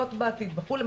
מחלות בעתיד וכולי,